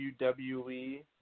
WWE